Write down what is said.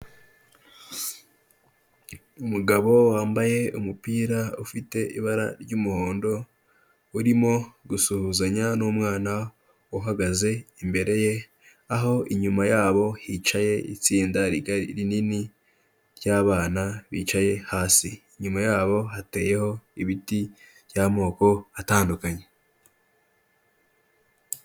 Umugabo wambaye umupira ufite ibara ry'umuhondo, urimo gusuhuzanya n'umwana uhagaze imbere ye, aho inyuma yabo hicaye itsinda rigari rinini ry'abana bicaye hasi. Inyuma yabo hateyeho ibiti by'amoko atandukanye.